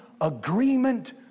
agreement